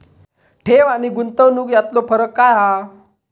ठेव आनी गुंतवणूक यातलो फरक काय हा?